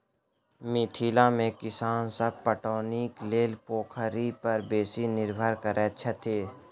मिथिला मे किसान सभ पटौनीक लेल पोखरि पर बेसी निर्भर रहैत छथि